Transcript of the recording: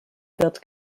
wird